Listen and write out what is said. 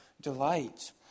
delight